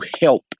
help